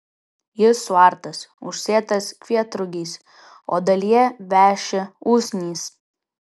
jis suartas užsėtas kvietrugiais o dalyje veši usnys